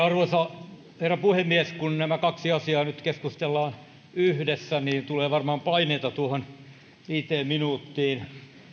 arvoisa herra puhemies kun nämä kaksi asiaa nyt keskustellaan yhdessä niin tulee varmaan paineita tuohon viiteen minuuttiin